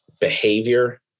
behavior